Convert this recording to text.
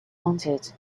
wanted